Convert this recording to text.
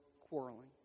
quarreling